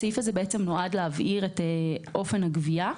הסעיף הזה נועד להבהיר את אופן הגבייה.